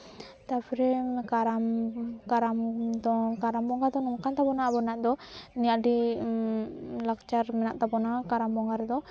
ᱛᱟᱯᱚᱨᱮ ᱠᱟᱨᱟᱢ ᱠᱟᱨᱟᱢ ᱫᱚ ᱠᱟᱨᱟᱢ ᱵᱚᱸᱜᱟ ᱫᱚ ᱱᱚᱝᱠᱟ ᱛᱟᱵᱚᱱᱟ ᱟᱵᱚᱱᱟᱜ ᱫᱚ ᱡᱮ ᱟᱹᱰᱤ ᱞᱟᱠᱪᱟᱨ ᱢᱮᱱᱟᱜ ᱛᱟᱵᱚᱱᱟ ᱠᱟᱨᱟᱢ ᱵᱚᱸᱜᱟ ᱨᱮᱫᱚ